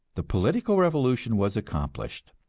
the political revolution was accomplished,